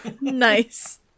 nice